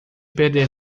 perder